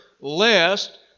lest